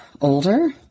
older